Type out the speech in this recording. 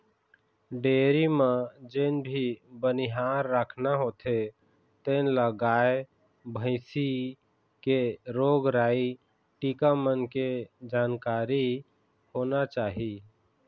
dairy म जेन भी बनिहार राखना होथे तेन ल गाय, भइसी के रोग राई, टीका मन के जानकारी होना चाही